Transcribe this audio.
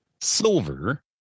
silver